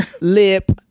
lip